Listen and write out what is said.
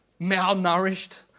malnourished